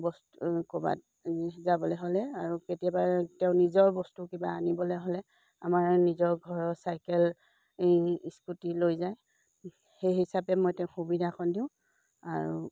বস্তু ক'ৰবাত যাবলৈ হ'লে আৰু কেতিয়াবা তেওঁ নিজৰ বস্তু কিবা আনিবলৈ হ'লে আমাৰ নিজৰ ঘৰৰ চাইকেল স্কুটি লৈ যায় সেই হিচাপে মই তেওঁক সুবিধাকণ দিওঁ আৰু